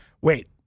Wait